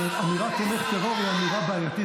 האמירה "תומך טרור" היא אמירה בעייתית.